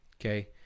okay